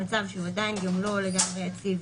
במצב שהוא עדיין גם לא לגמרי יציב,